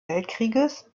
weltkrieges